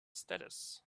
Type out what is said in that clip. status